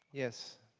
yes?